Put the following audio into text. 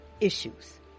issues